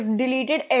deleted